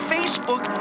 Facebook